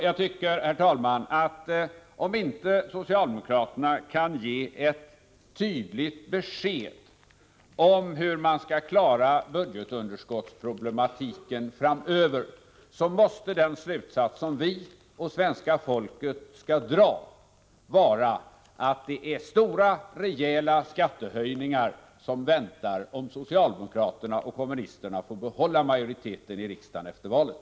Jag tycker, herr talman, att om inte socialdemokraterna kan ge ett tydligt besked om hur man skall klara budgetunderskottsproblematiken framöver, måste den slutsats som svenska folket skall dra, bli att det är rejäla skattehöjningar som väntar, om socialdemokraterna och kommunisterna får behålla majoriteten i riksdagen efter valet.